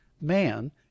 Man